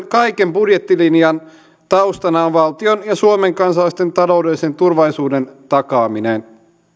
kaiken budjettilinjan taustana on valtion ja suomen kansalaisten taloudellisen turvallisuuden takaaminen